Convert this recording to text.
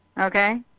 Okay